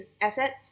asset